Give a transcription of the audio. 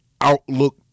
outlook